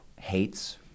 hates